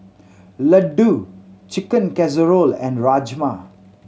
Ladoo Chicken Casserole and Rajma